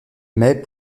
mai